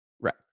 Right